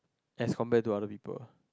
as compare to other people